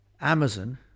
Amazon